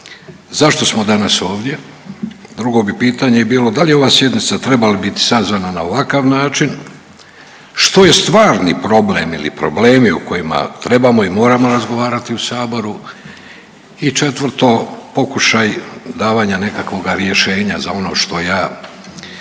zašto smo danas ovdje? Drugo bi pitanje bilo da li je ova sjednica trebala biti sazvana na ovakav način? Što je stvarni problem ili problemi o kojima trebamo i moramo razgovarati u saboru? I četvrto, pokušaj davanja nekakvoga rješenja za ono što ja u ime